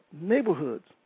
neighborhoods